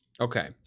Okay